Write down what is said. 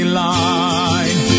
line